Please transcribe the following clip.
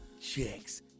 chicks